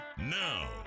Now